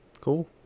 cool